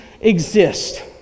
exist